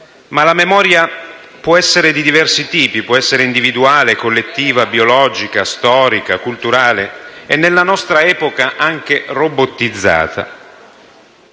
Ma la memoria può essere di diversi tipi, può essere individuale, collettiva, biologica, storica, culturale e nella nostra epoca anche robotizzata.